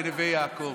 בנווה יעקב.